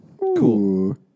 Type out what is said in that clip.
Cool